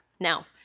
Now